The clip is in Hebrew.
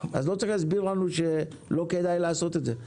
אז לא צריך להסביר לנו שלא כדאי לעשות את זה.